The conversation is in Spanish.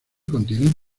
contienen